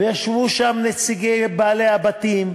וישבו שם נציגי בעלי הבתים,